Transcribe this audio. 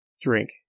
drink